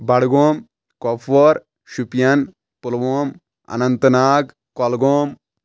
Budgam Kupwara Shopian Pulwama Anantnag Kulgam